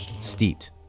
steeped